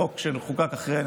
החוק שמחוקק אחרי,